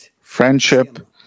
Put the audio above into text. friendship